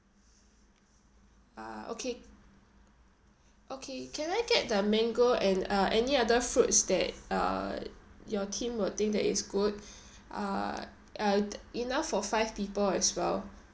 ah okay okay can I get the mango and uh any other fruits that uh your team will think that it's good uh uh enough for five people as well